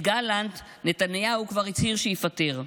את גלנט נתניהו כבר הצהיר שיפטר,